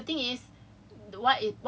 ya and they they filed police report lah